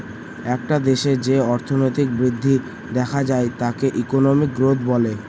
একটা দেশে যে অর্থনৈতিক বৃদ্ধি দেখা যায় তাকে ইকোনমিক গ্রোথ বলে